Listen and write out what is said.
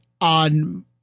on